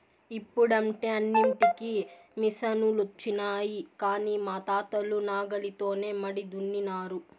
ఇప్పుడంటే అన్నింటికీ మిసనులొచ్చినాయి కానీ మా తాతలు నాగలితోనే మడి దున్నినారు